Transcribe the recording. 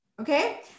okay